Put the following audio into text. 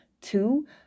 Two